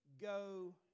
go